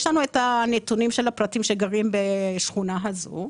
יש לנו את הנתונים של הפרטים שגרים בשכונה הזו.